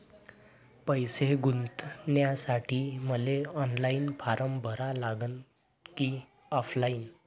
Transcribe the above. पैसे गुंतन्यासाठी मले ऑनलाईन फारम भरा लागन की ऑफलाईन?